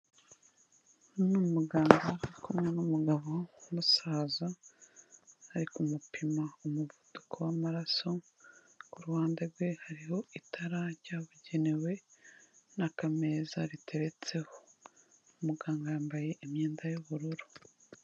Uyu ni umuganga kumwe n'umugabo w'umusaza, ari kumupima umuvuduko w'amaraso, ku ruhande rwe hariho itara ryabugenewe n'akameza riteretseho, umuganga yambaye imyenda y'ubururu.